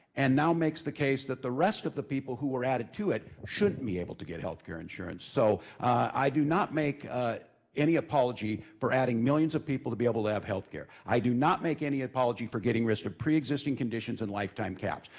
and now makes the case that the rest of the people who are added to it, shouldn't be able to get healthcare insurance. so ah i do not make ah any apology for adding millions of people to be able to have healthcare. i do not make any apology for getting rid of pre-existing conditions and lifetime caps.